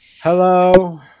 Hello